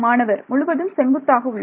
மாணவர் முழுவதும் செங்குத்தாக உள்ளது